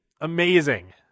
Amazing